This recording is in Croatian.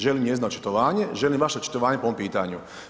Želim njezino očitovanje, želim vaše očitovanje po ovom pitanju.